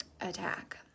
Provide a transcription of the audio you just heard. attack